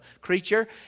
creature